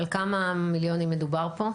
על כמה מיליונים מדובר פה?